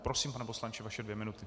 Prosím, pane poslanče, vaše dvě minuty.